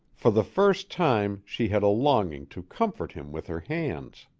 for the first time she had a longing to comfort him with her hands.